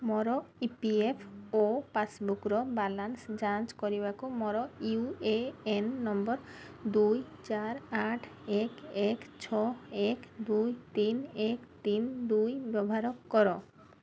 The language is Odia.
ମୋର ଇ ପି ଏଫ୍ ଓ ପାସ୍ବୁକ୍ର ବାଲାନ୍ସ ଯାଞ୍ଚ କରିବାକୁ ମୋର ୟୁ ଏ ଏନ୍ ନମ୍ବର ଦୁଇ ଚାରି ଆଠ ଏକ ଏକ ଛଅ ଏକ ଦୁଇ ତିନି ଏକ ତିନି ଦୁଇ ବ୍ୟବହାର କର